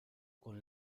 con